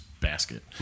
basket